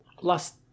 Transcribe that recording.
Last